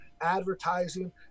advertising